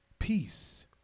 peace